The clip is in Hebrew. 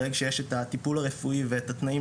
ברגע שיש את הטיפול הרפואי ואת התנאים